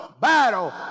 battle